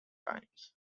times